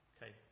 Okay